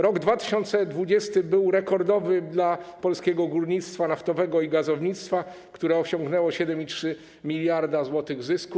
Rok 2020 był rekordowy dla polskiego górnictwa naftowego i gazownictwa, które osiągnęło 7,3 mld zł zysku.